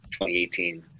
2018